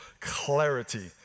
clarity